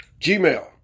Gmail